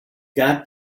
got